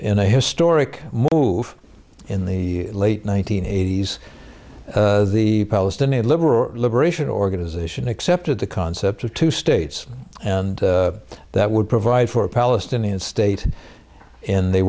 in a historic move in the late one nine hundred eighty s the palestinian liberal liberation organization accepted the concept of two states and that would provide for a palestinian state in the